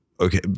okay